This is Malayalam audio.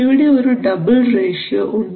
ഇവിടെ ഒരു ഡബിൾ റേഷ്യോ ഉണ്ട്